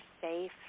safe